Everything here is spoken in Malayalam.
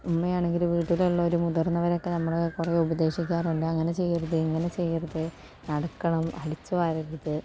അമ്മയാണെങ്കിലും വീട്ടിലുള്ളവരും മുതിർന്നവരൊക്കെ നമ്മളെ കുറെ ഉപദേശിക്കാറുണ്ട് അങ്ങനെ ചെയ്യരുത് ഇങ്ങനെ ചെയ്യരുത് നടക്കണം അടിച്ചു വാരരുത്